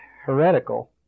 heretical